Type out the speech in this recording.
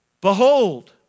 Behold